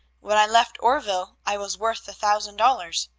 when i left oreville i was worth a thousand dollars.